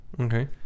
Okay